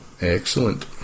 excellent